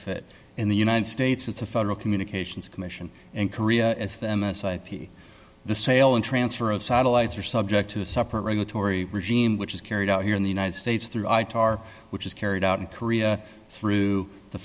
fit in the united states is the federal communications commission in korea as them aside the sale and transfer of satellites are subject to a separate regulatory regime which is carried out here in the united states through which is carried out in korea through the